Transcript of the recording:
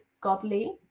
godly